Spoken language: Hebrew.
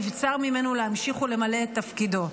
נבצר ממנו להמשיך ולמלא את תפקידו.